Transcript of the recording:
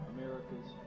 America's